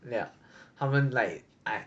ya 他们 like I